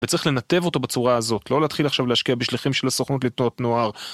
וצריך לנתב אותו בצורה הזאת, לא להתחיל עכשיו להשקיע בשליחים של הסוכנות לתנועות נוער.